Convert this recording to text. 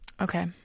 Okay